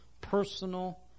personal